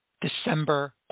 December